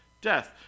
death